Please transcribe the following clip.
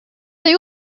they